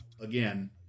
again